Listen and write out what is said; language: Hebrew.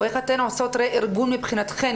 או איך אתן עושות רה-ארגון מבחינתכן,